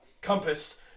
compassed